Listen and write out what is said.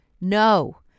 No